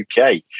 UK